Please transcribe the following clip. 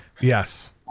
yes